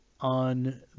On